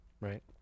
Right